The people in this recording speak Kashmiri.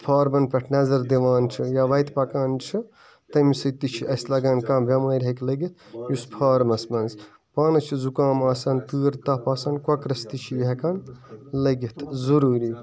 فارمَن پٮ۪ٹھ نَظر دِوان چھِ یا وَتہِ پَکان چھِ تَمہِ سۭتۍ تہِ چھِ اسہِ لَگان کانٛہہ بیٚمٲرۍ ہیٚکہِ لٔگِتھ یُس فارمَس مَنٛز پانَس چھُ زُکام آسان تۭر تَپھ آسان کۄکرَس تہِ چھِ یہِ ہیٚکان لٔگِتھ ضروٗری